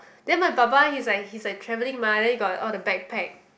then my 爸爸:baba he's like he's like travelling mah then he got all the backpack